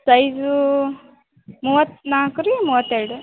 ಸೈಜೂ ಮೂವತ್ನಾಲ್ಕು ರೀ ಮೂವತ್ತೆರಡು